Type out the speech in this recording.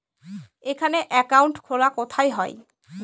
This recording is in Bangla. এখানে অ্যাকাউন্ট খোলা কোথায় হয়?